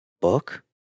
book